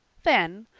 then,